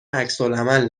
عکسالعمل